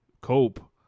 Cope